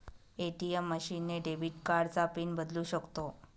ATM machine ने debit कार्डचा PIN बदलू शकतो